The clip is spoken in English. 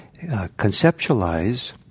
conceptualize